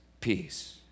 peace